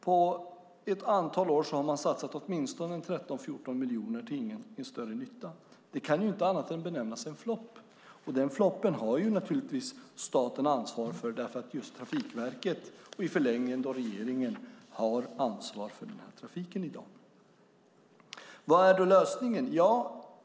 Under ett antal år har man satsat åtminstone 13-14 miljoner till ingen större nytta. Det kan inte annat än benämnas en flopp. Den floppen har staten ansvar för eftersom Trafikverket, i förlängningen regeringen, har ansvar för den trafiken i dag. Vad är då lösningen?